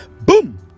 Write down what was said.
Boom